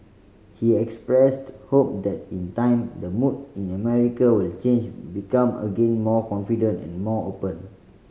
he expressed hope that in time the mood in America will change become again more confident and more open